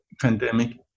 pandemic